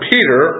Peter